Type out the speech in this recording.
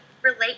Relate